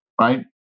right